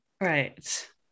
Right